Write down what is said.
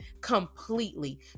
completely